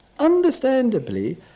understandably